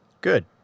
Good